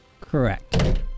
Correct